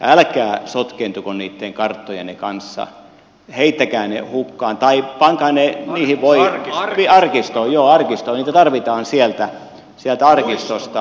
älkää sotkeentuko niitten karttojenne kanssa heittäkää ne hukkaan tai pankaa ne arkistoon joo arkistoon niitä tarvitaan sieltä arkistosta